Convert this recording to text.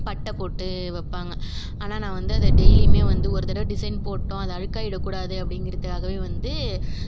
பட்டை போட்டு வைப்பாங்க ஆனால் நான் வந்து அதை டெய்லியுமே ஒரு தடவை டிசைன் போட்டோம் அது அழுக்காகிட கூடாது அப்படிங்குறதுக்காகவே வந்து